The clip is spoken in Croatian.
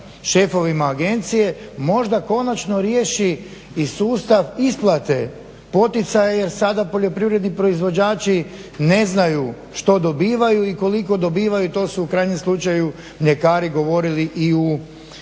šefovima agencije možda konačno riješi i sustav isplate poticaja jer sada poljoprivredni proizvođači ne znaju što dobivaju i koliko dobivaju, to su u krajnjem slučaju mljekari govorili i u